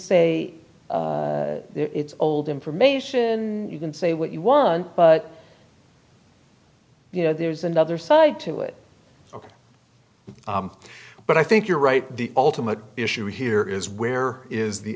say it's old information you can say what you want but you know there's another side to it ok but i think you're right the ultimate issue here is where is the